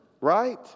right